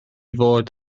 fod